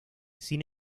sin